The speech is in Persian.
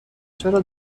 چرا